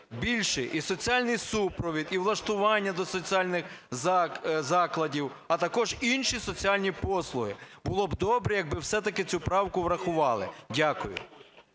більше: і соціальний супровід, і влаштування до соціальних закладів, а також інші соціальні послуги. Було б добре, якби все-таки цю правку врахували. Дякую.